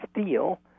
steel